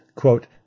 quote